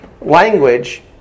language